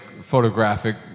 photographic